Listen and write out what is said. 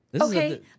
Okay